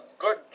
Good